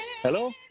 Hello